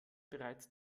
bereits